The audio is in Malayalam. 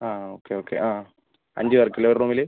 ആ ഓക്കെ ഓക്കെ ആ അഞ്ച് പേർക്കല്ലേ ഒരു റൂമിൽ